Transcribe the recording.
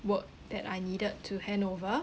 work that I needed to hand over